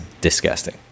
disgusting